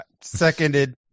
Seconded